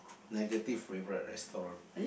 negative favourite restaurant